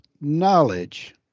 knowledge